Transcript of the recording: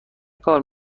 کار